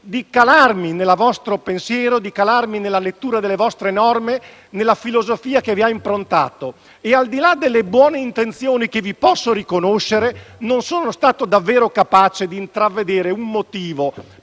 di calarmi nel vostro pensiero, nella lettura delle vostre norme e nella filosofia che le ha improntate e, al di là delle buone intenzioni che vi posso riconoscere, non sono stato davvero capace di intravedere un motivo